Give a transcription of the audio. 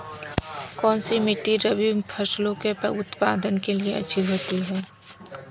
कौनसी मिट्टी रबी फसलों के उत्पादन के लिए अच्छी होती है?